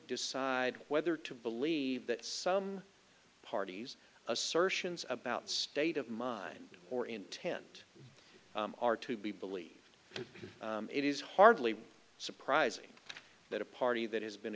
decide whether to believe that some party's assertions about state of mind or intent are to be believed it is hardly surprising that a party that has been